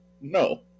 No